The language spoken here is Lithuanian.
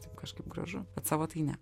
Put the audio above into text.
taip kažkaip gražu bet savo tai ne